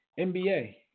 NBA